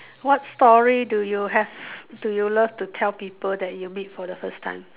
what story do you have do you love to tell people that you meet for the first time